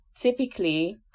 Typically